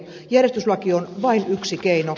järjestyslaki on vain yksi keino